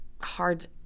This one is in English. hard